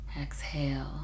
exhale